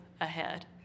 ahead